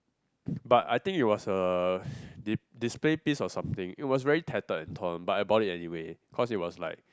but I think it was uh di~ display piece or something it was really tedded and ton but I bought it anyway cause it was like